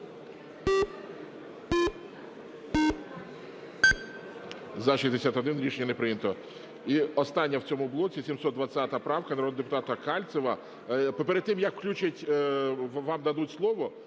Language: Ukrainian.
За-61 Рішення не прийнято. І остання в цьому блоці 720 правка народного депутата Кальцева. Перед тим, як включать… вам дадуть слово,